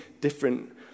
different